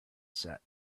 set